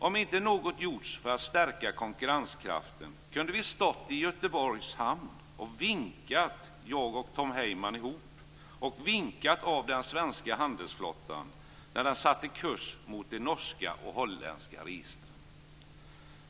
Om inte något gjorts för att stärka konkurrenskraften, kunde jag och Tom Heyman ha stått i Göteborgs hamn och vinkat av den svenska handelsflottan när den satte kurs mot de norska och holländska registren.